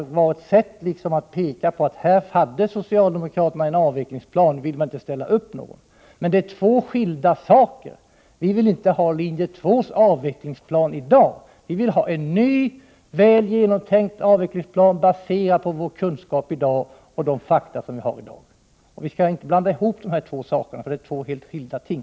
Det var ett sätt att peka på att socialdemokraterna här hade en avvecklingsplan men att de inte nu ville ställa upp någon. Men det är två skilda saker. Vi vill inte ha linje 2:s avvecklingsplan i dag. Vi vill ha en ny, väl genomtänkt avvecklingsplan baserad på vår kunskap och de fakta som vi har i dag. Vi skall inte blanda ihop dessa två saker — det är två helt skilda ting.